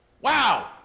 Wow